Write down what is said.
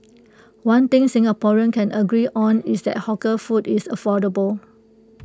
one thing Singaporeans can agree on is that hawker food is affordable